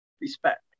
respect